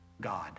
God